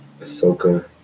Ahsoka